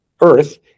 Earth